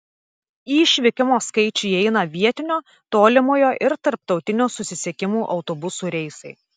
į išvykimo skaičių įeina vietinio tolimojo ir tarptautinio susisiekimų autobusų reisai